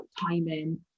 timing